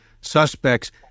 suspects